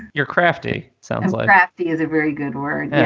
you're crafty. so like crafty is a very good word. yeah